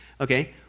Okay